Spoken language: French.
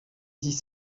dix